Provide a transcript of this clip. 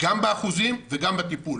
גם באחוזים וגם בטיפול.